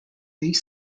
eight